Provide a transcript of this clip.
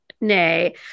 nay